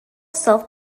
self